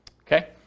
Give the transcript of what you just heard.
Okay